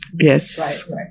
Yes